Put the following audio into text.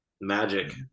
Magic